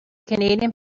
canadian